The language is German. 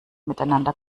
miteinander